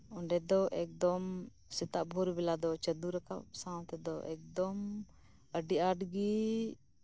ᱚᱸᱰᱮ ᱫᱚ ᱮᱠᱫᱚᱢ ᱥᱮᱛᱟᱜ ᱵᱷᱚᱨᱵᱮᱞᱟ ᱫᱚ ᱪᱟᱸᱫᱩ ᱨᱟᱠᱟᱵ ᱥᱟᱶᱛᱮᱫᱚ ᱮᱠᱫᱚᱢ ᱟᱹᱰᱤ ᱟᱴᱜᱤ